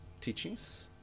teachings